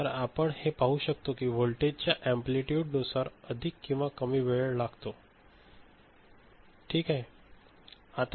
तर आपण हे पाहू शकतो कि व्होल्टेजच्या अँप्लितुड नुसार अधिक किंवा कमी वेळ लागतो ठीक एकमेकांच्या संदर्भात बरोबर